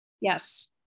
Yes